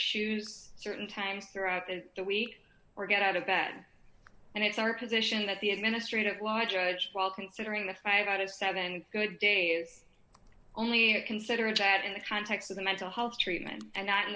shoes certain times throughout the week or get out of bed and it's our position that the administrative law judge while considering a five out of seven and a good day is only consider a chat in the context of the mental health treatment and not in